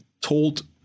told